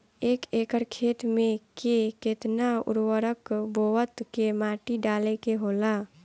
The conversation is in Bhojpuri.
एक एकड़ खेत में के केतना उर्वरक बोअत के माटी डाले के होला?